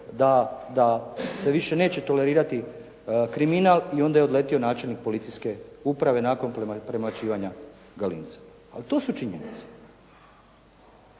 da se više neće tolerirati kriminal i onda je odletio načelnik policijske uprave nakon premlaćivanja Galinca. Ali to su činjenice.